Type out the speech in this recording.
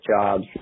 jobs